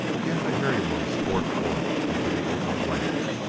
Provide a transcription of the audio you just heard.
again the hairy ones poured forth into the open glade.